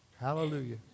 Hallelujah